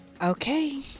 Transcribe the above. Okay